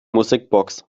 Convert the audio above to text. musikbox